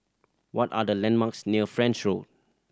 what are the landmarks near French Road